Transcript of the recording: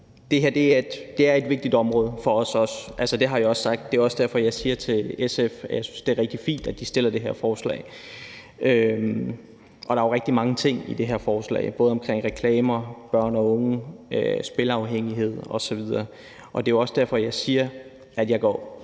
det her er også et vigtigt område for os. Det har jeg også sagt. Det er også derfor, jeg siger til SF, at jeg synes, det er rigtig fint, at de fremsætter det her forslag, og der er jo rigtig mange ting i det her forslag, omkring reklamer, børn og unge, spilafhængighed osv. Det er også derfor, jeg siger, at jeg går